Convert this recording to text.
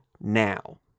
now